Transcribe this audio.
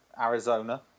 Arizona